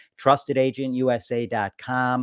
TrustedAgentUSA.com